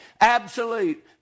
absolute